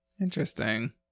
Interesting